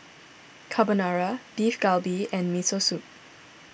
Carbonara Beef Galbi and Miso Soup